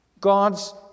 God's